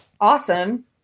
awesome